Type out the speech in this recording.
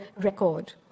record